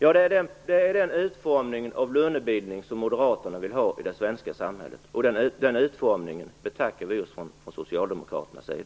Det är den utformning av lönebildningen som Moderaterna vill ha i det svenska samhället, men den utformningen betackar vi socialdemokrater oss för.